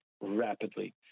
rapidly